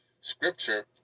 scripture